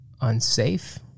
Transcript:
unsafe